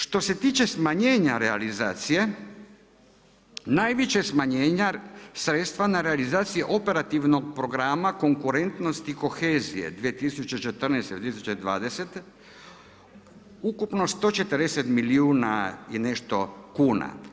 Što se tiče smanjenje realizacije, najveće smanjenje sredstva realizacije, operativnog programa konkurentnosti i kohezije 2014. i 2020. ukupno 140 milijuna i nešto kuna.